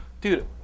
dude